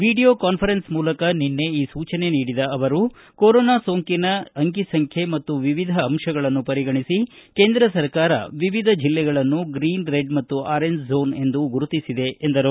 video conference ಮೂಲಕ ಈ ಸೂಚನೆ ನೀಡಿದ ಅವರು ಕೊರೋನಾ ಸೋಂಕಿನ ಅಂಕಿ ಸಂಖ್ಯೆ ಮತ್ತು ವಿವಿಧ ಅಂಶಗಳನ್ನು ಪರಿಗಣಿಸಿ ಕೇಂದ್ರ ಸರ್ಕಾರ ವಿವಿಧ ಜಿಲ್ಲೆಗಳನ್ನು ಗ್ರೀನ್ ರೆಡ್ ಮತ್ತು ಆರೆಂಜ್ ಝೋನ್ ಎಂದು ಗುರುತಿಸಿದೆ ಎಂದರು